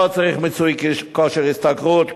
לא צריך מיצוי כושר השתכרות,